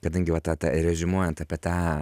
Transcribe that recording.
kadangi va ta ta reziumuojant apie tą